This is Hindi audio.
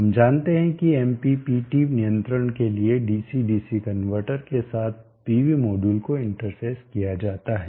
हम जानते हैं कि MPPT नियंत्रण के लिए डीसी डीसी कनवर्टर के साथ पीवी मॉड्यूल को कैसे इंटरफ़ेस किया जाता है